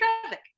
traffic